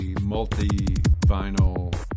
multi-vinyl